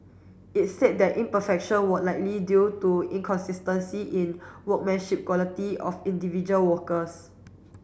it said that imperfection were likely due to inconsistency in workmanship quality of individual workers